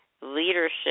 Leadership